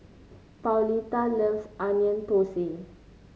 Pauletta loves Onion Thosai